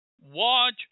watch